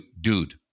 dude